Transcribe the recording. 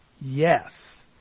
yes